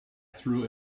threw